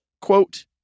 quote